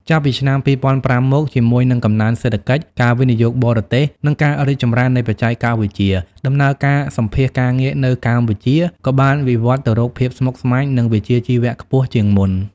ចាប់ពីឆ្នាំ ២០០៥ មក ជាមួយនឹងកំណើនសេដ្ឋកិច្ច ការវិនិយោគបរទេស និងការរីកចម្រើននៃបច្ចេកវិទ្យា ដំណើរការសម្ភាសន៍ការងារនៅកម្ពុជាក៏បានវិវត្តន៍ទៅរកភាពស្មុគស្មាញ និងវិជ្ជាជីវៈខ្ពស់ជាងមុន។